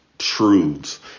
truths